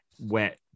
wet